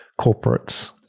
corporates